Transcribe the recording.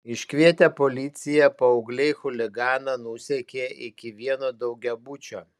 iškvietę policiją paaugliai chuliganą nusekė iki vieno daugiabučio